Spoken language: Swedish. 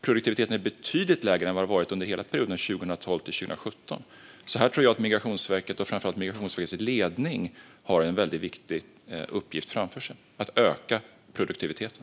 Produktiviteten är betydligt lägre än den varit under hela perioden 2012-2017. Jag tror att Migrationsverket och framför allt dess ledning har en väldig viktig uppgift framför sig i att öka produktiviteten.